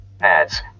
ads